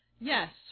Yes